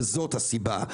וזאת הסיבה,